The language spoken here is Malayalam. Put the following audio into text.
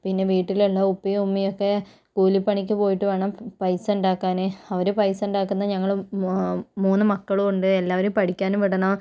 പിന്നെ വീട്ടിലുള്ള ഉപ്പയും ഉമ്മയൊക്കെ കൂലിപ്പണിക്ക് പോയിട്ട് വേണം പൈസ ഉണ്ടാക്കാൻ അവർ പൈസ ഉണ്ടാക്കുന്ന ഞങ്ങൾ മാ മൂന്നു മക്കളും ഉണ്ട് എല്ലാവരെയും പഠിക്കാനും വിടണം